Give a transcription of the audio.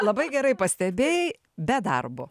labai gerai pastebėjai be darbo